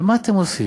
עכשיו, מה אתם עושים?